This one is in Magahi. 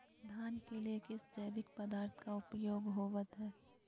धान के लिए किस जैविक पदार्थ का उपयोग होवत है?